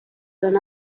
than